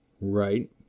Right